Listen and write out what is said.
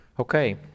Okay